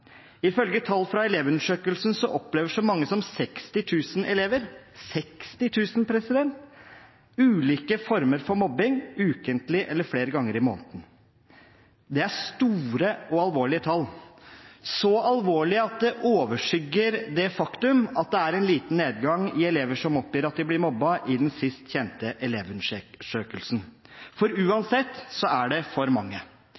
Ifølge tall fra Elevundersøkelsen opplever så mange som 60 000 elever – 60 000! – ulike former for mobbing ukentlig eller flere ganger i måneden. Det er store og alvorlige tall – så alvorlige at det overskygger det faktum at det er en liten nedgang i antallet elever som oppgir at de blir mobbet, i den sist kjente elevundersøkelsen. Uansett er det for mange.